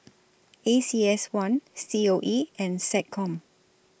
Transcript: A C S one C O E and Seccom